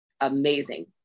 Amazing